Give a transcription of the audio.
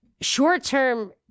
short-term